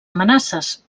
amenaces